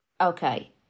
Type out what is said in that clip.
Okay